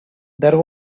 there